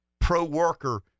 pro-worker